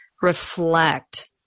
reflect